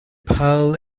pearl